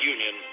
Union